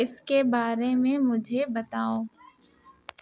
اس کے بارے میں مجھے بتاؤ